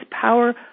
power